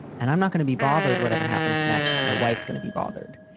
and i'm not gonna be bothered whatever happens next. but my wife's gonna be bothered.